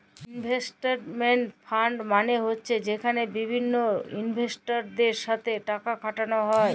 investment fund মালে হছে যেখালে বিভিল্ল ইলভেস্টরদের সাথে টাকা খাটালো হ্যয়